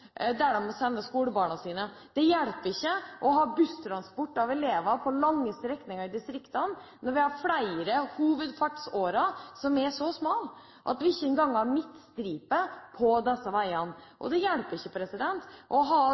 Det hjelper ikke å ha busstransport av elever på lange strekninger i distriktene når vi har flere hovedfartsårer som er så smale at vi ikke engang har midtstripe på disse veiene. Og det hjelper ikke å ha